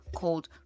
called